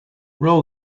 roll